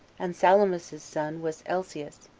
and sallumus's son was elcias,